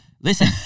listen